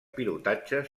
pilotatge